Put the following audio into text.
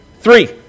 three